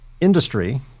industry